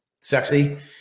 sexy